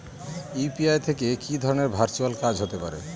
UPI থেকে কি ধরণের ভার্চুয়াল কাজ হতে পারে?